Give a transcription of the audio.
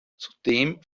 zudem